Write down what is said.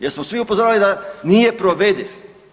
Jesmo svi upozoravali da nije provediv?